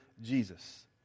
Jesus